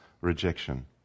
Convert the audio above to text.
rejection